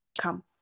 come